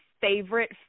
favorite